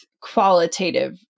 qualitative